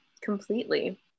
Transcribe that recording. Completely